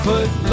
put